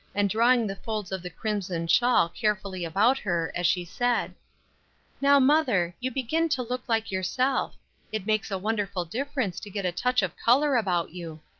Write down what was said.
and drawing the folds of the crimson shawl carefully about her, as she said now, mother, you begin to look like yourself it makes a wonderful difference to get a touch of color about you.